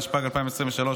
התשפ"ג 2023,